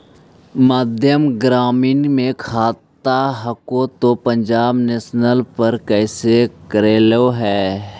मध्य ग्रामीण मे खाता हको तौ पंजाब नेशनल पर कैसे करैलहो हे?